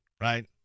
right